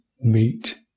meet